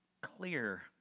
clear